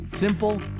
simple